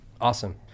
Awesome